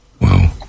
wow